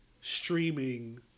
streaming